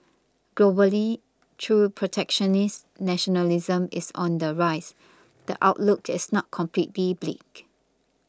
globally though protectionist nationalism is on the rise the outlook is not completely bleak